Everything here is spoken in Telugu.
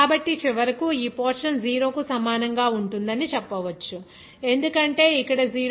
కాబట్టి చివరకు ఈ పోర్షన్ 0 కు సమానంగా ఉంటుందని చెప్పవచ్చు ఎందుకంటే ఇక్కడ 0